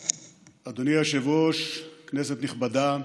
היושב-ראש, כנסת נכבדה,